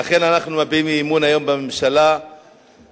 ולכן אנחנו מביעים אי-אמון היום בממשלה בנושא